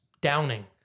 downing